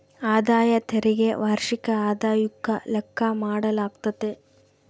ಆದಾಯ ತೆರಿಗೆ ವಾರ್ಷಿಕ ಆದಾಯುಕ್ಕ ಲೆಕ್ಕ ಮಾಡಾಲಾಗ್ತತೆ